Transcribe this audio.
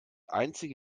einzige